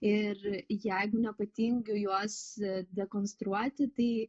ir jeigu nepatingiu juos dekonstruoti tai